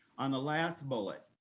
on the last bullet,